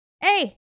Hey